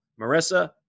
Marissa